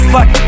Fuck